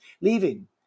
leaving